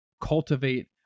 Cultivate